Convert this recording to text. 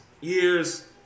years